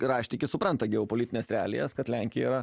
raštikis supranta geopolitines realijas kad lenkija yra